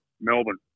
Melbourne